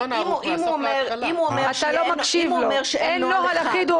הוא אומר לך שאין נוהל אחיד.